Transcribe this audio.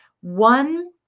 one